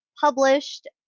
published